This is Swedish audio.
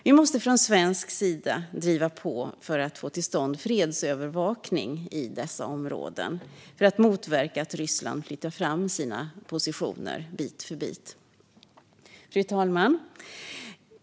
Vi måste från svensk sida driva på för att få till stånd fredsövervakning i dessa områden, för att motverka att Ryssland flyttar fram sina positioner, bit för bit. Fru talman!